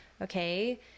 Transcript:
Okay